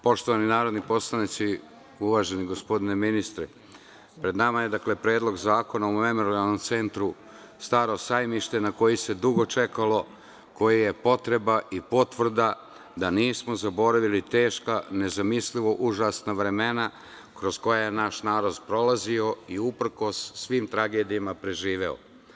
Poštovani narodni poslanici, uvaženi gospodine ministre, pred nama je Predlog zakona o Memorijalnom centru "Staro sajmište", na koji se dugo čekalo, koji je potreba i potvrda da nismo zaboravili teška, nezamislivo užasna vremena kroz koja je naš narod prolazio i, uprkos svim tragedijama, preživeo.